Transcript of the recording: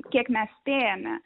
kiek mes spėjame